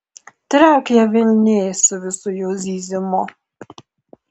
trauk ją velniai su visu jos zyzimu